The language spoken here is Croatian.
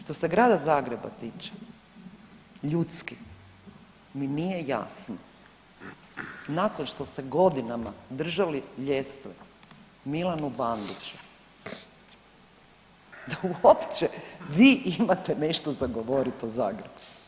Što se grada Zagreba tiče ljudski mi nije jasno nakon što ste godinama držali ljestve Milanu Bandiću da uopće vi imate nešto za govoriti o Zagrebu.